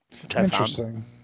Interesting